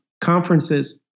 conferences